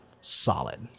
solid